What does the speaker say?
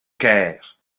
kaer